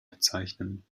bezeichnen